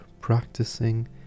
practicing